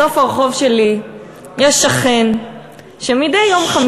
בסוף הרחוב שלי יש שכן שמדי יום חמישי בערב,